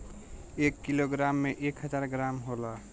एक किलोग्राम में एक हजार ग्राम होला